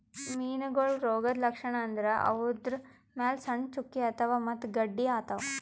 ಮೀನಾಗೋಳ್ ರೋಗದ್ ಲಕ್ಷಣ್ ಅಂದ್ರ ಅವುದ್ರ್ ಮ್ಯಾಲ್ ಸಣ್ಣ್ ಚುಕ್ಕಿ ಆತವ್ ಮತ್ತ್ ಗಡ್ಡಿ ಆತವ್